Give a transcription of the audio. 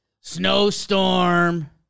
Snowstorm